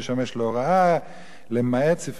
למעט ספרי קודש, כתבי עת ועיתונים.